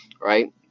Right